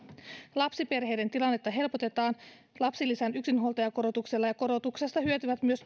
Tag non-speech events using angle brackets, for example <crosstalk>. lapsiperheiden tilannetta helpotetaan lapsilisän yksinhuoltajakorotuksella ja korotuksesta hyötyvät myös <unintelligible>